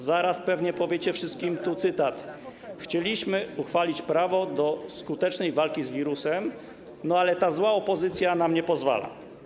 Zaraz pewnie powiecie wszystkim, tu cytat: Chcieliśmy uchwalić prawo do skutecznej walki z wirusem, ale ta zła opozycja nam nie pozwala.